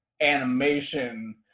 animation